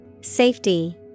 Safety